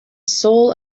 soul